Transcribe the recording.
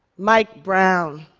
mike brown.